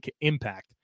impact